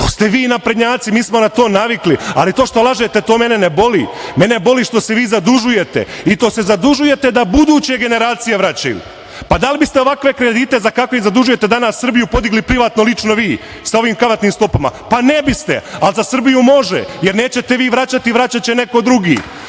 to ste vi naprednjaci, mi smo na to navikli. To što lažete to mene ne boli. Mene boli što se vi zadužujete, i to se zadužujete da buduće generacije vraćaju. Pa da li biste ovakve kredite za kakve ih zadužujete danas Srbiju podigli privatno lično vi, sa ovim kamatnim stopama? Pa ne biste, ali za Srbiju može, jer nećete vi vraćati, vraćaće neko drugi.